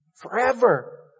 Forever